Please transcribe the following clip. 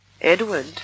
Edward